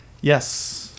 Yes